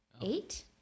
Eight